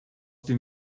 dem